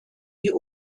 die